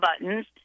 buttons